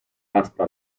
hasta